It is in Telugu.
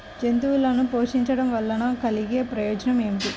జంతువులను పోషించడం వల్ల కలిగే ప్రయోజనం ఏమిటీ?